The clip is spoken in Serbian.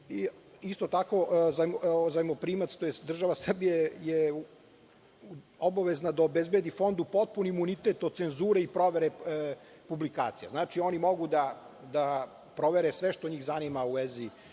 Isto tako, zajmoprimac tj. država Srbija je obavezna da obezbedi Fondu potpuni imunitet od cenzure i provere publikacije. Znači, oni mogu da provere sve što ih zanima u vezi